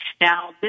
now